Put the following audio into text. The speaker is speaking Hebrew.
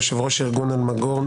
יושב-ראש ארגון אלמגור,